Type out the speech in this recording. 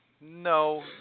No